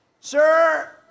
Sir